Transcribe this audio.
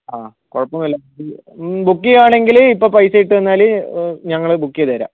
ആ കുഴപ്പം ഒന്നുമില്ല ബുക്ക് ചെയ്യുകയാണെങ്കിൽ ഇപ്പോൾ പൈസ ഇട്ടു തന്നാൽ ഞങ്ങൾ ബുക്ക് ചെയ്തു തരാം